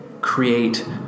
create